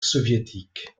soviétique